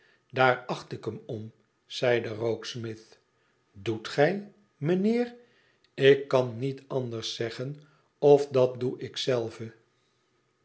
idaar acht ik hem om zeide rokesmith idoet gij mijnheer ik kan niet anders zeggen of dat doe ik